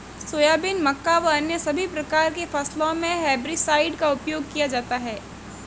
soybean, मक्का व अन्य सभी प्रकार की फसलों मे हेर्बिसाइड का उपयोग किया जाता हैं